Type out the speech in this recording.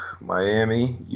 Miami